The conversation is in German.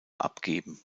abgeben